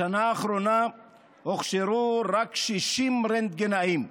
בשנה האחרונה הוכשרו רק 60 רנטגנאים,